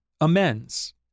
Amends